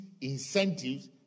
incentives